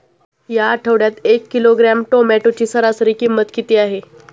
या आठवड्यात एक किलोग्रॅम टोमॅटोची सरासरी किंमत किती आहे?